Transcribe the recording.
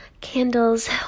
candles